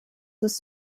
was